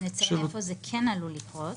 המצב הזה עלול לקרות.